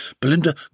Belinda